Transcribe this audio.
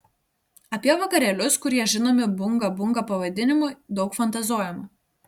apie vakarėlius kurie žinomi bunga bunga pavadinimu daug fantazuojama